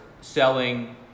selling